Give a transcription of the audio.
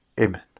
Amen